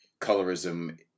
colorism